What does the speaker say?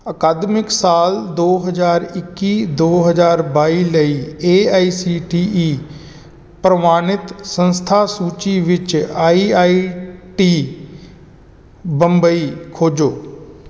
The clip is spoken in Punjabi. ਅਕਾਦਮਿਕ ਸਾਲ ਦੋ ਹਜ਼ਾਰ ਇੱਕੀ ਦੋ ਹਜ਼ਾਰ ਬਾਈ ਲਈ A I C T E ਪ੍ਰਵਾਨਿਤ ਸੰਸਥਾ ਸੂਚੀ ਵਿੱਚ ਆਈ ਆਈ ਟੀ ਬੰਬਈ ਖੋਜੋ